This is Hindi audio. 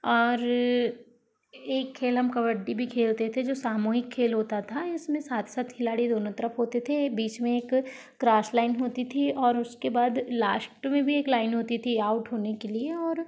और एक खेल हम कबड्डी भी खेलते थे जो सामूहिक खेल होता था इसमें सात सात खिलाड़ी दोनों तरफ होते थे बीच में एक क्रॉस लाइन होती थी और उसके बाद लास्ट में भी एक लाइन होती थी आउट होने के लिए और